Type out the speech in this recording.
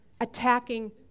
attacking